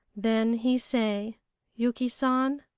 then he say yuki san,